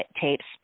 tapes